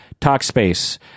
Talkspace